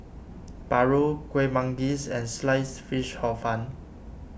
Paru Kueh Manggis and Sliced Fish Hor Fun